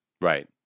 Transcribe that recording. Right